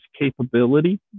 capability